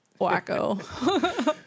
wacko